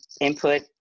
input